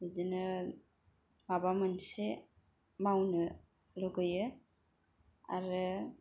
बिदिनो माबा मोनसे मावनो लुगैयो आरो